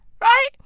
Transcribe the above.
Right